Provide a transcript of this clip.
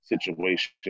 situation